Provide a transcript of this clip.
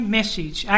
message